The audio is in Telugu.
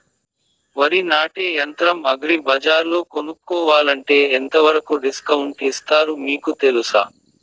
వరి నాటే యంత్రం అగ్రి బజార్లో కొనుక్కోవాలంటే ఎంతవరకు డిస్కౌంట్ ఇస్తారు మీకు తెలుసా?